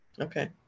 Okay